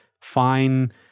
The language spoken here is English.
fine